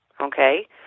okay